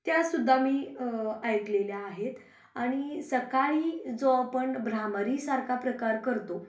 त्यासुद्धा मी ऐकलेल्या आहेत आणि सकाळी जो आपण भ्रामरीसारखा प्रकार करतो